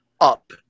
up